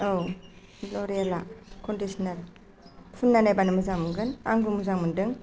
औ ल'रियेला कन्दिसनार फुननाय नायबानो मोजां मोनगोन आंबो मोजां मोन्दों